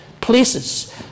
places